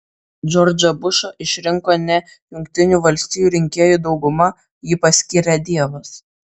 džordžą bušą išrinko ne jungtinių valstijų rinkėjų dauguma jį paskyrė dievas